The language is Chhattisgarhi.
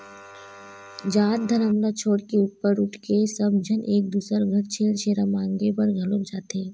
जात धरम ल छोड़ के ऊपर उठके सब झन एक दूसर घर छेरछेरा मागे बर घलोक जाथे